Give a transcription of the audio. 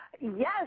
Yes